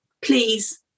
please